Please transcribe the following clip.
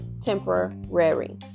temporary